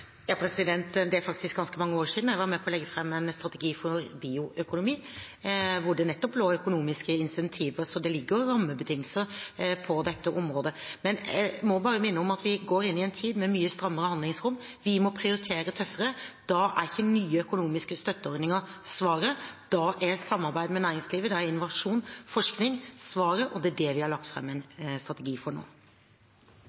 faktisk ganske mange år siden jeg var med på å legge fram en strategi for bioøkonomi, hvor det nettopp lå økonomiske incentiver. Så det ligger rammebetingelser på dette området. Men jeg må bare minne om at vi går inn i en tid med mye strammere handlingsrom. Vi må prioritere tøffere. Da er ikke nye økonomiske støtteordninger svaret. Da er samarbeid med næringslivet, innovasjon og forskning svaret, og det er det vi har lagt fram en